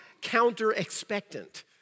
counter-expectant